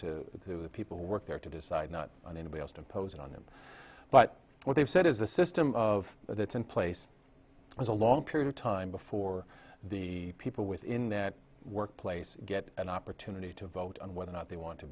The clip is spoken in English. to the people who work there to decide not on anybody else to impose on them but what they've said is the system of it's in place is a long period of time before the people within that workplace get an opportunity to vote on whether or not they want to